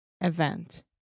Event